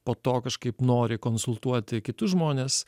po to kažkaip nori konsultuoti kitus žmones